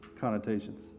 connotations